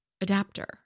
adapter